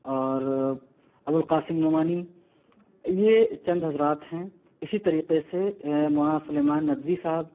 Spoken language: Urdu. اور ابوالقاسم نعمانی یہ چند حضرات ہیں اِسی طریقے سے مولانا سلیمان ندوی صاحب